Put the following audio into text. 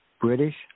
British